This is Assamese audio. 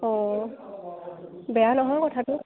অঁ বেয়া নহয় কথাটো